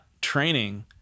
training